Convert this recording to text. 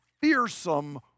fearsome